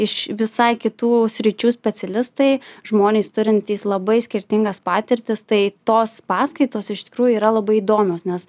iš visai kitų sričių specialistai žmonės turintys labai skirtingas patirtis tai tos paskaitos iš tikrųjų yra labai įdomios nes